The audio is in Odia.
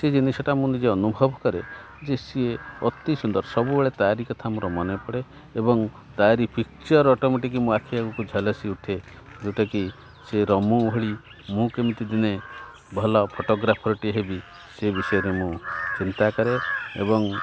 ସେ ଜିନିଷଟା ମୁଁ ନିଜେ ଅନୁଭବ କରେ ଯେ ସିଏ ଅତି ସୁନ୍ଦର ସବୁବେଳେ ତାରି କଥା ମୋର ମନେ ପଡ଼େ ଏବଂ ତାରି ପିକ୍ଚର ଅଟୋମେଟିକ ମୁଁ ଆଖିବାକୁ ଝାଲାସି ଉଠେ ଯେଉଁଟାକି ସିଏ ରମୁ ଭଳି ମୁଁ କେମିତି ଦିନେ ଭଲ ଫଟୋଗ୍ରାଫରଟି ହେବି ସେ ବିଷୟରେ ମୁଁ ଚିନ୍ତା କରେ ଏବଂ